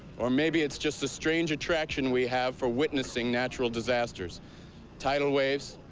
or maybe it's just the strange attraction we have for witnessing natural disasters tidal waves,